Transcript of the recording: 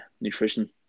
nutrition